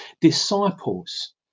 disciples